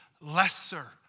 lesser